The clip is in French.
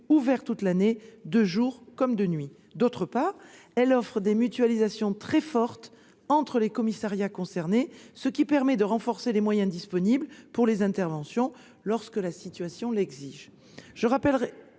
ouvert toute l'année de jour comme de nuit ; d'autre part, elle offre des mutualisations très fortes entre les commissariats concernés, ce qui permet de renforcer les moyens disponibles pour les interventions lorsque la situation l'exige.